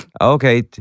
Okay